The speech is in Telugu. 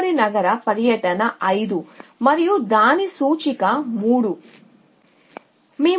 తదుపరి నగర పర్యటన 5 మరియు దాని సూచిక ఇక్కడ 3